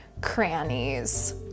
crannies